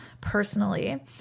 personally